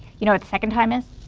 you know what the second time is?